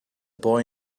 boy